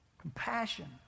Compassion